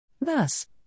Thus